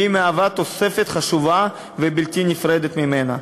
והיא מהווה תוספת חשובה ובלתי נפרדת ממנה.